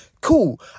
Cool